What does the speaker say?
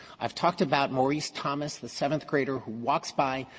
i've talked about maurice thomas, the seventh-grader who walks by,